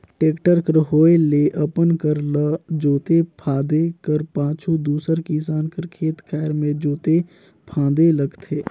tractor कर होए ले अपन कर ल जोते फादे कर पाछू दूसर किसान कर खेत खाएर मे जोते फादे लगथे